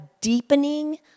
deepening